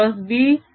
ds'